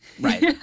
right